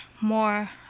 more